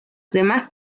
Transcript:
demás